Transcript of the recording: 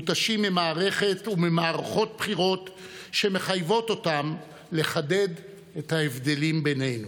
מותשים ממערכות בחירות שמחייבות אותם לחדד את ההבדלים בינינו.